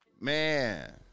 Man